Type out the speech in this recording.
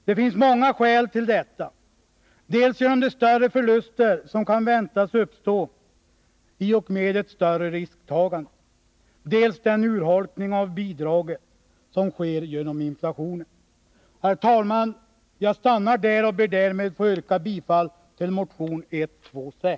Det finns många skäl till detta: för det 137 första de större förluster som kan väntas uppstå i och med ett större risktagande, för det andra den urholkning av bidraget som sker genom inflationen. Herr talman! Jag stannar där och ber att få yrka bifall till motion 126.